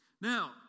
Now